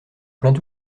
plaint